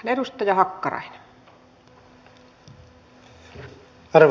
sitten mennään puhujalistaan